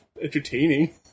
entertaining